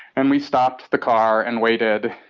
and we stopped the car and waited,